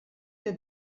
que